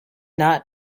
not